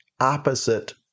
opposite